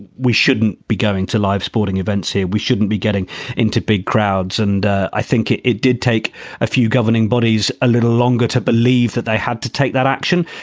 we shouldn't be going to live sporting events here. we shouldn't be getting into big crowds. and i think it it did take a few governing bodies a little longer to believe that they had to take that action.